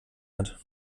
hat